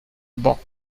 box